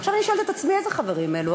עכשיו אני שואלת את עצמי, איזה חברים אלו?